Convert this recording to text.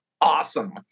awesome